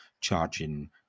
charging